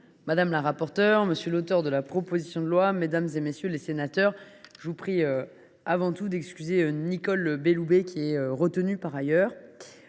madame la rapporteure, monsieur l’auteur de la proposition de loi, mesdames, messieurs les sénateurs, je vous prie avant tout d’excuser Nicole Belloubet, qui est retenue par ailleurs.